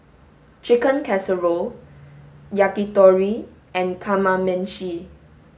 chicken casserole yakitori and kamameshi